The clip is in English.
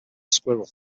squirrel